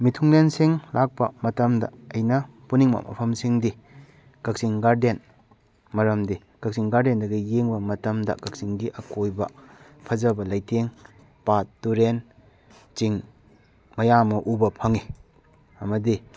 ꯃꯤꯊꯨꯡꯂꯦꯟꯁꯤꯡ ꯂꯥꯛꯄ ꯃꯇꯝꯗ ꯑꯩꯅ ꯄꯨꯅꯤꯡꯕ ꯃꯐꯝꯁꯤꯡꯗꯤ ꯀꯛꯆꯤꯡ ꯒꯥꯔꯗꯦꯟ ꯃꯔꯝꯗꯤ ꯀꯛꯆꯤꯡ ꯒꯥꯔꯗꯦꯟꯗꯗꯤ ꯌꯦꯡꯕ ꯃꯇꯝꯗ ꯀꯛꯆꯤꯡꯒꯤ ꯑꯀꯣꯏꯕ ꯐꯖꯕ ꯂꯩꯇꯦꯡ ꯄꯥꯠ ꯇꯨꯔꯦꯟ ꯆꯤꯡ ꯃꯌꯥꯝ ꯑꯃ ꯎꯕ ꯐꯪꯉꯤ ꯑꯃꯗꯤ